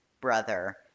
brother